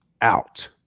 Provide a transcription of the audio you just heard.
out